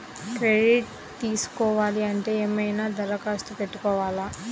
Credit తీసుకోవాలి అంటే ఏమైనా దరఖాస్తు పెట్టుకోవాలా?